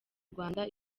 rwanda